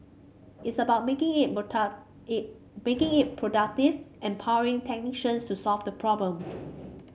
it's about making it more it making it productive and empowering technicians to solve the problems